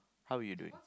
how are you doing